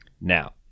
Now